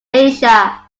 asia